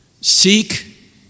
seek